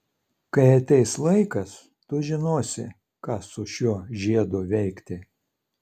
kai ateis laikas tu žinosi ką su šiuo žiedu veikti